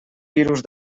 virus